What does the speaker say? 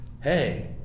hey